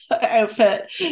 outfit